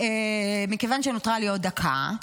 מכיוון שנותרה לי עוד דקה,